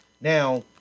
Now